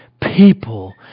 people